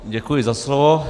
Děkuji za slovo.